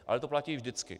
Ale to platí vždycky.